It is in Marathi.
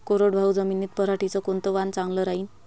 कोरडवाहू जमीनीत पऱ्हाटीचं कोनतं वान चांगलं रायीन?